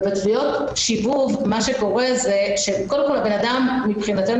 בתביעות שיבוב קודם כול האדם מבחינתנו